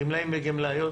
גמלאים וגמלאיות,